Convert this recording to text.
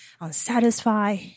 unsatisfied